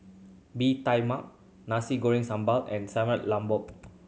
Bee Tai Mak Nasi Goreng Sambal and Sayur Lodeh